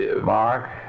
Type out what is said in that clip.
Mark